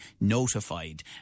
notified